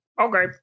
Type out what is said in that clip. Okay